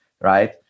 right